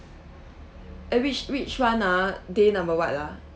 uh which which [one] ah day number what ah